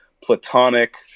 platonic